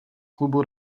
klubu